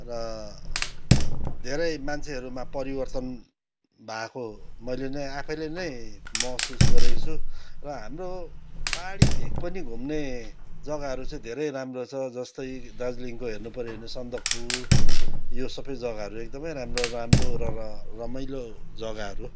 र धेरै मान्छेहरूमा परिवर्तन भएको मैले नै आफैले नै महसुस गरेको छु र हाम्रो पाहाडी भेक पनि घुम्ने जग्गाहरू चाहिँ धेरै राम्रो छ जस्तै दार्जिलिङको हेर्नुपर्यो भने सन्दकपू यो सबै जग्गाहरू एकदमै राम्रो राम्रो र रमाइलो जग्गाहरू